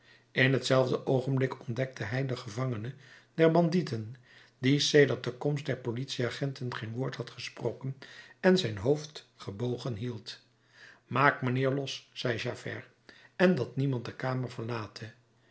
in hetzelfde oogenblik ontdekte hij den gevangene der bandieten die sedert de komst der politieagenten geen woord had gesproken en zijn hoofd gebogen hield maakt mijnheer los zei javert en dat niemand de kamer verlate